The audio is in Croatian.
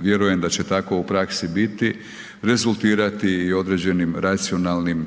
vjerujem da će tako u praksi biti, rezultirati i određenim racionalnim,